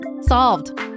solved